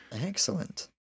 Excellent